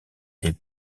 est